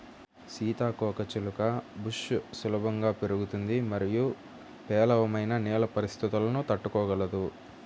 సీతాకోకచిలుక బుష్ సులభంగా పెరుగుతుంది మరియు పేలవమైన నేల పరిస్థితులను తట్టుకోగలదు